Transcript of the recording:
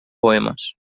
poemas